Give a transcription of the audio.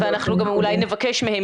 אנחנו גם אולי נבקש מהם,